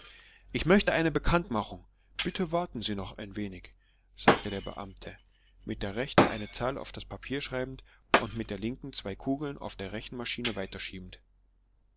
ich möchte eine bekanntmachung bitte warten sie noch ein wenig sagte der beamte mit der rechten eine zahl auf das papier schreibend und mit der linken zwei kugeln auf der rechenmaschine